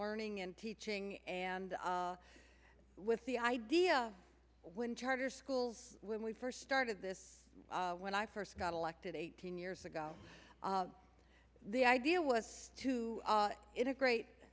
learning and teaching and with the idea when charter schools when we first started this when i first got elected eighteen years ago the idea was to integrate